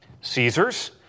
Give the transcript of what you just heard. Caesar's